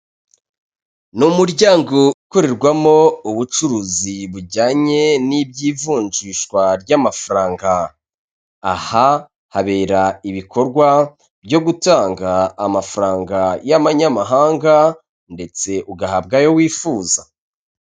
Ni umuryango ukorerwamo ubucuruzi bujyanye n'iby'ivunjishwa ry'amafaranga; aha habera ibikorwa byo gutanga amafaranga y'abanyamahanga ndetse ugahabwa ayo wifuza.